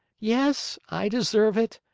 yes, i deserve it!